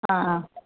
ആ ആ